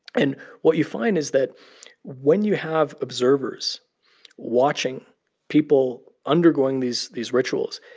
and what you find is that when you have observers watching people undergoing these these rituals,